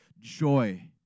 joy